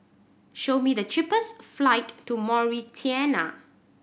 show me the cheapest flight to Mauritania